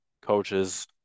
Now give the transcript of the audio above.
coaches